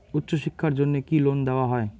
উচ্চশিক্ষার জন্য কি লোন দেওয়া হয়?